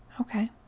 Okay